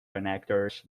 connectors